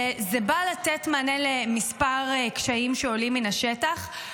זה בא לתת מענה לכמה קשיים שעולים מן השטח.